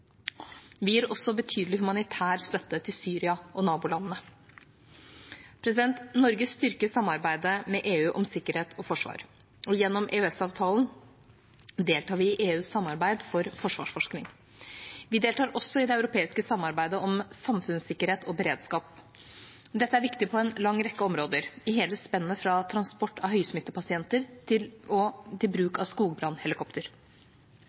Vi gir også betydelig humanitær støtte til Syria og nabolandene. Norge styrker samarbeidet med EU om sikkerhet og forsvar. Gjennom EØS-avtalen deltar vi i EUs samarbeid om forsvarsforskning. Vi deltar også i det europeiske samarbeidet om samfunnssikkerhet og beredskap. Dette er viktig på en lang rekke områder, i hele spennet fra transport av høysmittepasienter til